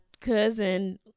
cousin